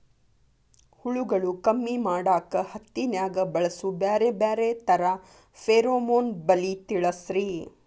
ಹುಳುಗಳು ಕಮ್ಮಿ ಮಾಡಾಕ ಹತ್ತಿನ್ಯಾಗ ಬಳಸು ಬ್ಯಾರೆ ಬ್ಯಾರೆ ತರಾ ಫೆರೋಮೋನ್ ಬಲಿ ತಿಳಸ್ರಿ